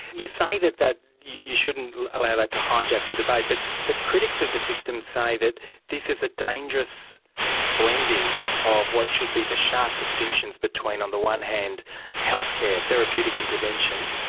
you say that that you shouldn't allow that to hijack the debate, but but critics of the system say that this is a dangerous blending of what should be the sharp distinctions between on the one hand healthcare, therapeutic intervention,